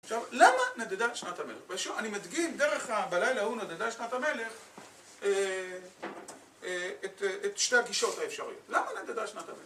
עכשיו, למה נדדה שנת המלך? פשוט, אני מדגים דרך ה... בלילה הוא נדדה שנת המלך את שתי הגישות האפשריות. למה נדדה שנת המלך?